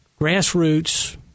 grassroots